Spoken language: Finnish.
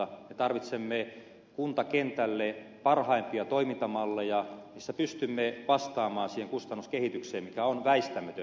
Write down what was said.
me tarvitsemme kuntakentälle parhaimpia toimintamalleja joilla pystymme vastaamaan siihen kustannuskehitykseen mikä on väistämätön